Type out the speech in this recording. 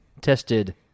Tested